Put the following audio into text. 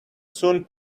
soon